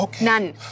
None